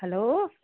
hello